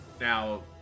Now